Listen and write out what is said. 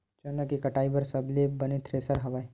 चना के कटाई बर सबले बने थ्रेसर हवय?